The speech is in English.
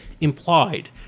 implied